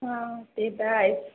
हा ते तर आहेच